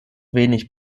wenig